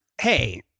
Hey